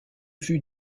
vue